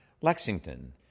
Lexington